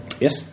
Yes